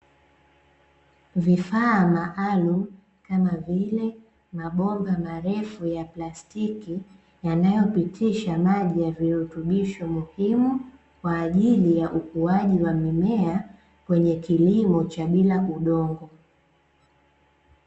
Vifaa maalum, kama vile mabomba marefu ya plastiki yanayopitisha maji ya virutubisho muhimu, kwa ajili ya ukuaji wa mimea kwenye kilimo cha bila udongo.